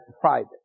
private